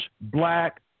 Black